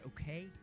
okay